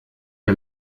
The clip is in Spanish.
que